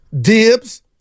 Dibs